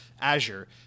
Azure